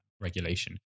regulation